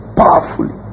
powerfully